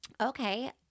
Okay